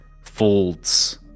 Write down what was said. folds